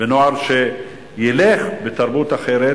נוער שילך בתרבות אחרת,